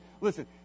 listen